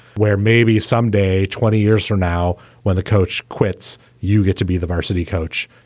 where maybe someday, twenty years from now when the coach quits, you get to be the varsity coach.